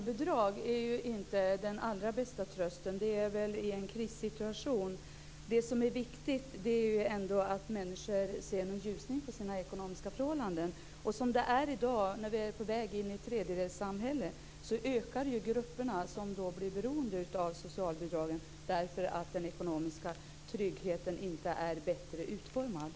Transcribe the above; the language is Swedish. Herr talman! Det är aldrig bra när människor tvingas att söka socialbidrag och får leva på socialbidrag. Men jag kan inte riktigt se att ett slags grundlön skulle göra att situationen blev helt annorlunda och så mycket bättre. Roten till problemet är faktiskt arbetslösheten, och det viktigaste är att vi bekämpar den.